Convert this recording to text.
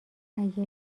اگه